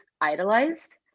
idolized